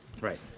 Right